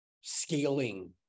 scaling